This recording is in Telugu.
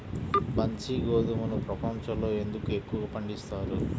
బన్సీ గోధుమను ప్రపంచంలో ఎందుకు ఎక్కువగా పండిస్తారు?